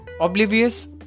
Oblivious